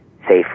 safely